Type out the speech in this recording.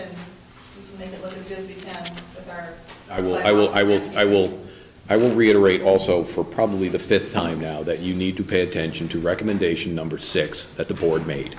but i will i will i will i will i will reiterate also for probably the fifth time now that you need to pay attention to recommendation number six that the board made